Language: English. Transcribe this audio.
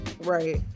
right